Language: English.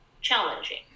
challenging